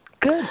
Good